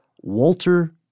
Walter